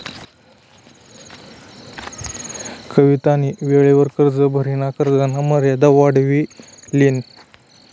कवितानी वेळवर कर्ज भरिसन कर्जना मर्यादा वाढाई लिनी